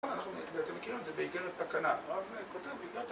אתם מכירים את זה באיגרת תקנה הוא כותב באיגרת תקנה